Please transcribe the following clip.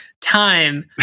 time